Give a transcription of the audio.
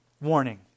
warning